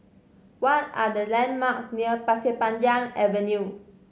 what are the landmarks near Pasir Panjang Avenue